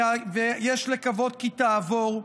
ויש לקוות כי תעבור,